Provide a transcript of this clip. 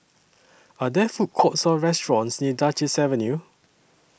Are There Food Courts Or restaurants near Duchess Avenue